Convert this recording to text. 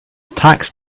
tax